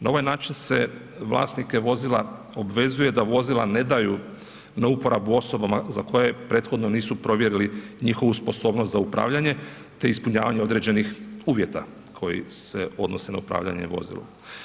Na ovaj način se vlasnike vozila obvezuje da vozila ne daju na uporabu osobama za koje prethodno nisu provjerili njihovu sposobnost za upravljanje te ispunjavanje određenih uvjeta koji se odnose na upravljanje vozilom.